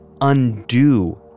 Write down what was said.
undo